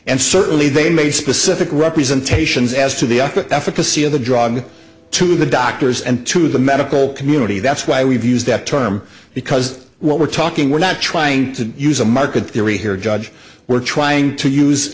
and certainly they made specific representations as to the efficacy of the drug to the doctors and to the medical community that's why we've used that term because what we're talking we're not trying to use a market theory here judge we're trying to use